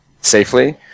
safely